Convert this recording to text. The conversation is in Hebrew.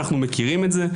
אנחנו מכירים את זה.